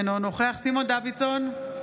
אינו נוכח סימון דוידסון,